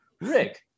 Rick